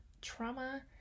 trauma